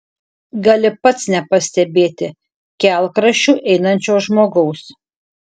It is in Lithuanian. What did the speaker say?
gali pats nepastebėti kelkraščiu einančio žmogaus